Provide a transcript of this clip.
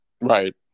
Right